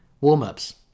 Warm-ups